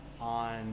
on